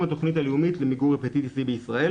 התוכנית הלאומית למיגור הפטיטיס סי בישראל.